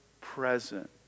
present